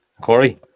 Corey